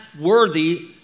worthy